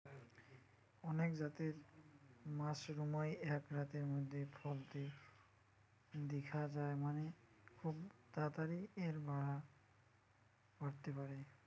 অনেক জাতের মাশরুমই এক রাতের মধ্যেই ফলতে দিখা যায় মানে, খুব তাড়াতাড়ি এর বাড়া ঘটতে পারে